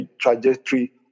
trajectory